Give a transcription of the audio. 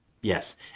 Yes